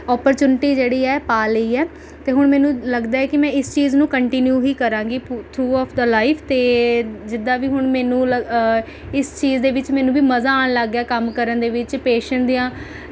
opportunity ਜਿਹੜੀ ਹੈ ਪਾ ਲਈ ਹੈ ਅਤੇ ਹੁਣ ਮੈਨੂੰ ਲੱਗਦਾ ਹੈ ਕਿ ਮੈਂ ਇਸ ਚੀਜ਼ ਨੂੰ ਕੰਨਟੀਨਿਉਂ ਹੀ ਕਰਾਂਗੀ ਪੁ ਥਰੂਆਫ ਦ ਲਾਈਫ ਅਤੇ ਜਿੱਦਾਂ ਵੀ ਹੁਣ ਮੈਨੂੰ ਲ ਇਸ ਚੀਜ਼ ਦੇ ਵਿੱਚ ਮੈਨੂੰ ਵੀ ਮਜ਼ਾ ਆਉਣ ਲੱਗ ਗਿਆ ਕੰਮ ਕਰਨ ਦੇ ਵਿੱਚ ਪੇਸ਼ੈਂਟ ਦੀਆਂ